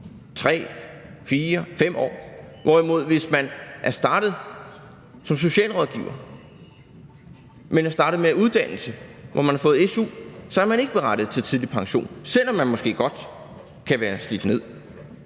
3, 4, 5 år – hvorimod man, hvis man er startet som socialrådgiver, men er startet med at uddanne sig, hvor man har fået su, så ikke er berettiget til en tidlig pension, selv om man måske godt kan være slidt ned.